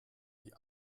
die